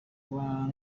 kuba